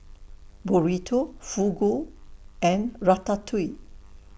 Burrito Fugu and Ratatouille